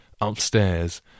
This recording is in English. upstairs